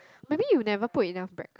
might be you never put enough bread cr~